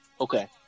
Okay